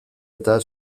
eta